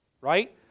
right